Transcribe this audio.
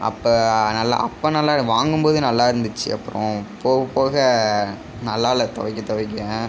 அப்போ நல்லா அப்போ நல்லா வாங்கும் போதே நல்லா இருந்துச்சு அப்புறம் போக போக நல்லா இல்லை துவைக்க துவைக்க